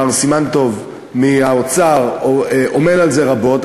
מר סימן טוב מהאוצר עמֵל על זה רבות.